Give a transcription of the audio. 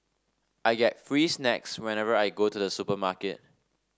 I get free snacks whenever I go to the supermarket